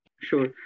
Sure